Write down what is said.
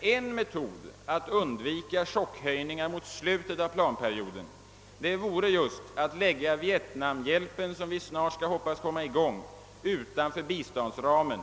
En metod att undvika chockhöjningar mot slutet av planperioden vore emellertid att lägga Vietnamhjälpen, som vi skall hoppas snart kommer i gång, utanför biståndsramen,